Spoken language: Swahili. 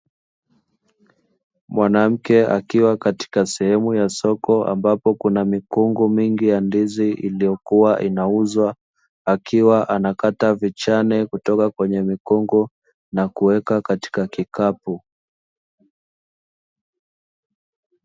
Mwanamke akiwa katika sehemu ya soko ambapo kuna mikungu mingi ya ndizi iliyokuwa inauzwa, akiwa anakata vichane kutoka kwenye mikungu na kuweka katika kikapu.